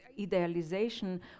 idealization